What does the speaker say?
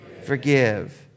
Forgive